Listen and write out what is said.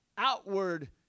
Outward